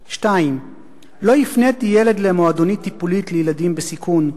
2. לא הפניתי ילד למועדונית טיפולית לילדים בסיכון,